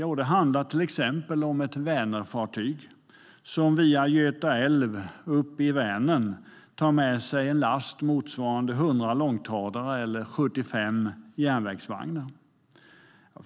Jo, det handlar till exempel om ett Vänernfartyg som via Göta älv upp i Vänern tar med sig en last motsvarande 100 långtradare eller 75 järnvägsvagnar.